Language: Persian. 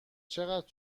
چقدر